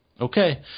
Okay